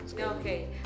okay